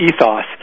ethos